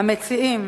המציעים